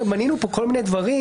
מנינו פה כל מיני דברים,